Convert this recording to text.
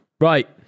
Right